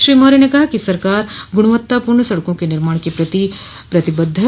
श्री मौर्य ने कहा कि सरकार गुणवत्तापूर्ण सड़को के निर्माण के प्रति प्रतिबद्व है